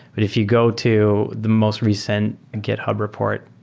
but if you go to the most recent github report,